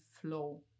flow